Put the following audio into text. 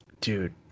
dude